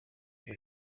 nzu